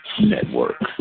network